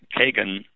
Kagan